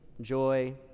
Joy